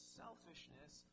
selfishness